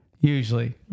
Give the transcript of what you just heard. usually